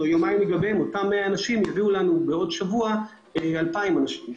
אותם 100 אנשים יביאו לנו בעוד שבוע 2,000 אנשים.